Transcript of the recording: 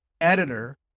editor